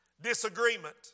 disagreement